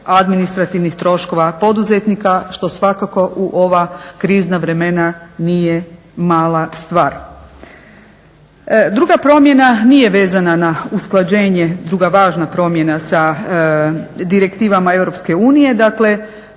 administrativnih troškova poduzetnika što svakako u ova krizna vremena nije mala stvar. Druga promjena nije vezana na usklađenje, druga važna promjena sa direktivama EU, dakle